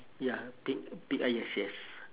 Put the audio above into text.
ya pink pink ah yes yes